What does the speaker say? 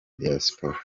diaspora